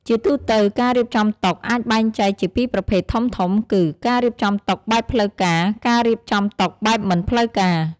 ជាទូទៅ ការរៀបចំតុអាចបែងចែកជាពីរប្រភេទធំៗគឺ ការរៀបចំតុបែបផ្លូវការ ការរៀបចំតុបែបមិនផ្លូវការ។